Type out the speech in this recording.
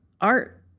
art